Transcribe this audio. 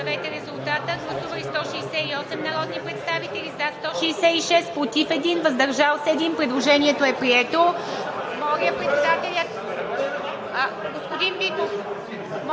предложение. Гласували 168 народни представители: за 166, против 1, въздържал се 1. Предложението е прието.